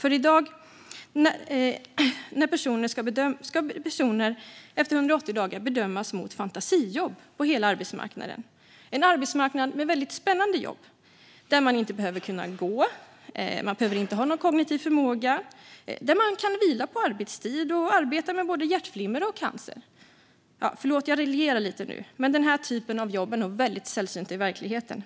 I dag ska personer efter 180 dagar bedömas mot fantasijobb på hela arbetsmarknaden, en arbetsmarknad med väldigt spännande jobb där man inte behöver kunna gå, där man inte behöver ha någon kognitiv förmåga och där man kan vila på arbetstid och arbeta med både hjärtflimmer och cancer. Förlåt, jag raljerar lite nu. Denna typ av jobb är nog väldigt sällsynta i verkligheten.